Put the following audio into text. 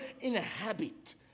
inhabit